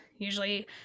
Usually